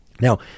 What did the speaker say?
Now